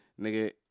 Nigga